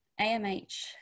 AMH